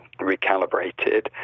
recalibrated